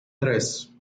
tres